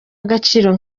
agaciro